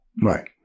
Right